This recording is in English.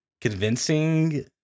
convincing